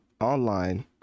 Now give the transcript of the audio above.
online